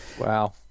wow